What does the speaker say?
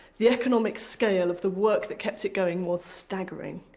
the economic scale of the work that kept it going was staggering.